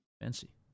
Fancy